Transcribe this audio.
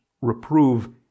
reprove